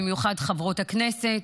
ובמיוחד חברות הכנסת,